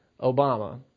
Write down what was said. Obama